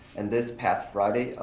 and this past friday,